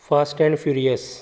fast and furious